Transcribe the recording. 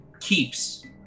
keeps